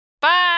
Bye